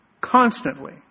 Constantly